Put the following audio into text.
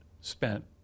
spent